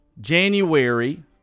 January